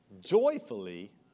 joyfully